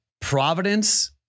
Providence